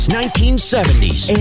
1970s